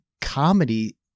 comedy